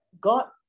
God